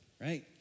right